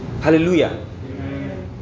Hallelujah